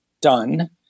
done